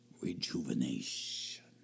rejuvenation